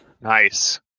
Nice